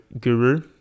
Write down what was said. guru